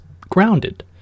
grounded